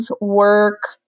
work